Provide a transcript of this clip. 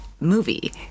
movie